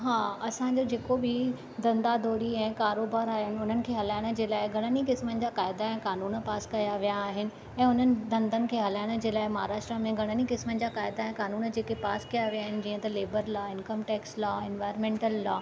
हा असांजो जेको बि धंधा धौड़ी ऐं कारोबार आया आहिनि हुननि खे हलाइणु जे लाइ घणनि ई क़िस्मनि जा क़ाइदा ऐं क़ानून पास किया विया आहिनि ऐं हुननि धंधनि खे हलाइणु जे लाइ महाराष्ट्र में घणनि ई क़िस्मनि जा क़ाइदा ऐं क़ानून जेके पास किया विया आहिनि जीअं त labour law income tax law environmental law